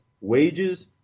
wages